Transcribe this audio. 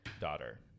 daughter